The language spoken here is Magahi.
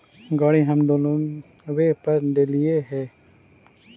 गाड़ी हम लोनवे पर लेलिऐ हे?